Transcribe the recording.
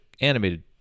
animated